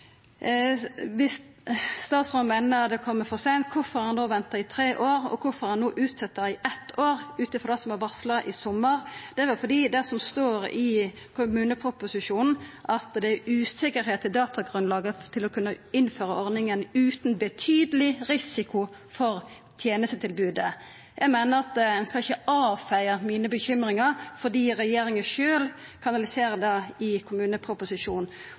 Viss statsråden meiner at det kjem for seint, kvifor har han da venta i tre år? Og kvifor har han utsett det i eitt år ut ifrå det som var varsla i sommar? Det er vel fordi som det står i kommuneproposisjonen, at det er «usikkerhet i datagrunnlaget til å kunne innføre ordningen uten betydelig risiko for tjenestetilbudet». Eg meiner at ein ikkje skal avfeia bekymringane mine fordi regjeringa sjølv kanaliserer det i kommuneproposisjonen.